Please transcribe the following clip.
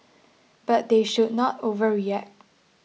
but they should not overreact